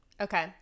Okay